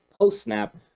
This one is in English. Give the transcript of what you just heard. post-snap